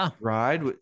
ride